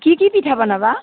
কি কি পিঠা বনাবা